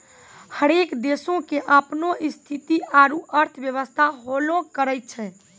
हरेक देशो के अपनो स्थिति आरु अर्थव्यवस्था होलो करै छै